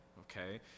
okay